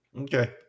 Okay